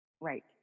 Right